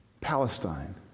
Palestine